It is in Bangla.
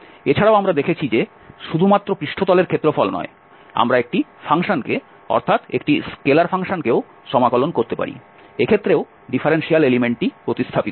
এছাড়াও আমরা দেখেছি যে শুধুমাত্র পৃষ্ঠতলের ক্ষেত্রফল নয় আমরা একটি ফাংশনকে অর্থাৎ একটি স্কেলার ফাংশনকেও সমাকলন করতে পারি এক্ষেত্রেও ডিফারেনশিয়াল এলিমেন্টটি প্রতিস্থাপিত হবে